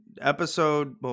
episode